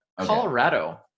Colorado